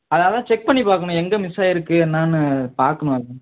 அதனால் தான் செக் பண்ணிப் பார்க்கணும் எங்கே மிஸ் ஆகிருக்கு என்னென்னு பார்க்கணும் அது